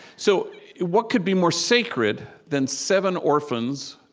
so what could be more sacred than seven orphans,